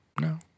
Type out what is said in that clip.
no